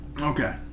Okay